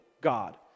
God